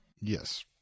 Yes